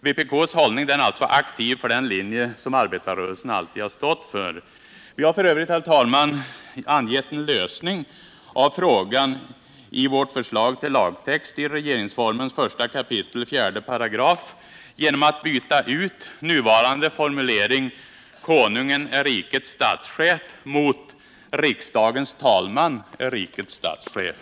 Vpk:s hållning är alltså att verka aktivt för den linje som arbetarrörelsen alltid har stått för. Vi har f. ö., herr talman, angett en lösning av frågan i vårt förslag till lagtext i regeringsformens genom att byta ut nuvarande formulering, ”Konungen är rikets statschef”, mot formuleringen ”Riksdagens talman är rikets statschef”.